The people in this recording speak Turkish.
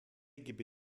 gibi